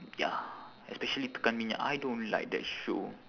ya especially tekan minyak I don't like that show